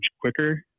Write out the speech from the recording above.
quicker